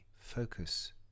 focus